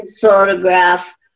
photograph